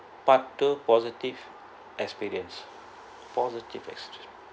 part two positive experience positive experience